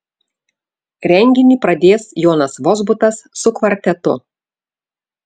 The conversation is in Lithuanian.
renginį pradės jonas vozbutas su kvartetu